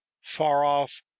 far-off